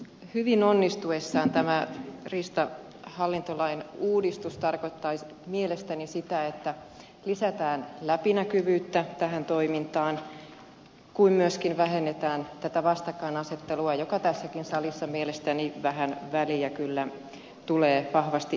hyvin onnistuessaan tämä riistahallintolain uudistus tarkoittaa mielestäni sitä että lisätään läpinäkyvyyttä tähän toimintaan kuin myöskin vähennetään tätä vastakkainasettelua joka tässäkin salissa mielestäni vähän väliä kyllä tulee vahvasti esille